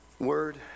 Word